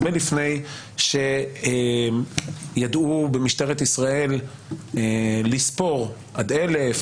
הרבה לפני שידעו במשטרת ישראל לספור עד 1,000,